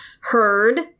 heard